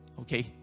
okay